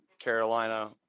Carolina